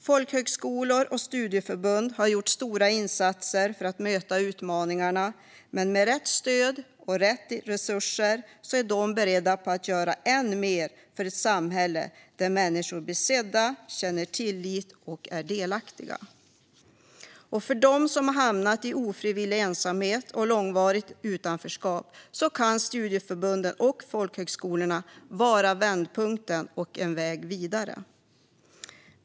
Folkhögskolor och studieförbund har gjort stora insatser för att möta utmaningar, och med rätt stöd och rätt resurser är de beredda att göra ännu mer för ett samhälle där människor blir sedda, känner tillit och är delaktiga. För dem som har hamnat i ofrivillig ensamhet och långvarigt utanförskap kan studieförbunden och folkhögskolorna vara en vändpunkt och en väg vidare.